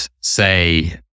say